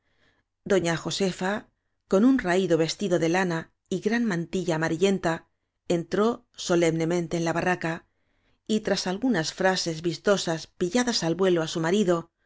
doña josefa con un raído vestido de lana y gran mantilla amarillenta entró solemnemen te en la barraca y tras algunas frases vis tosas pilladas al vuelo á su marido